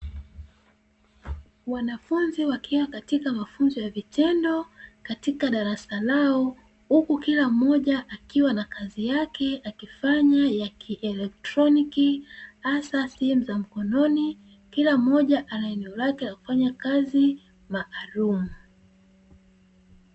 Wanafunzi wakiwa katika mafunzo ya vitendo katika darasa lao, huku kila mmoja akiwa na kazi yake akifanya yakieletroniki hasa simu za mkononi, kila mmoja ana eneo lake la kufanya kazi maalumu.